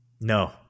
No